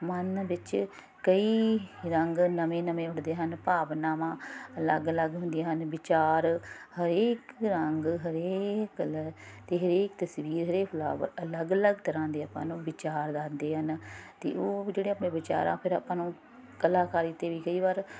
ਮਨ ਵਿੱਚ ਕਈ ਰੰਗ ਨਵੇਂ ਨਵੇਂ ਉੱਡਦੇ ਹਨ ਭਾਵਨਾਵਾਂ ਅਲੱਗ ਅਲੱਗ ਹੁੰਦੀਆਂ ਹਨ ਵਿਚਾਰ ਹਰੇਕ ਰੰਗ ਹਰੇਕ ਕਲਰ ਅਤੇ ਹਰੇਕ ਤਸਵੀਰ ਹਰੇਕ ਫਲਾਵਰ ਅਲੱਗ ਅਲੱਗ ਤਰ੍ਹਾਂ ਦੇ ਮੰਨ ਲਓ ਵਿਚਾਰਦਾ ਹੁੰਦੇ ਹਨ ਅਤੇ ਉਹ ਜਿਹੜੇ ਆਪਣੇ ਵਿਚਾਰਾਂ ਫਿਰ ਆਪਾਂ ਨੂੰ ਕਲਾਕਾਰੀ 'ਤੇ ਵੀ ਕਈ ਵਾਰ